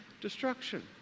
destruction